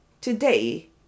today